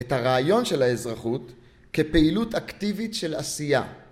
‫את הרעיון של האזרחות ‫כפעילות אקטיבית של עשייה.